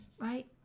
Right